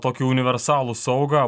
tokį universalų saugą